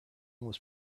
was